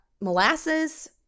molasses